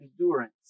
endurance